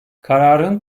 kararın